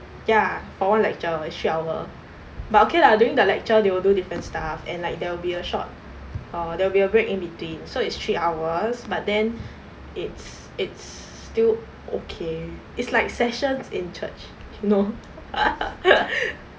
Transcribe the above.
ya all lecture is three hour but okay lah during the lecture they will do different stuff and like there will be a short err there will be a break in between so it's three hours but then it's it's still okay it's like sessions in church you know